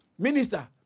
Minister